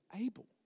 able